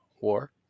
War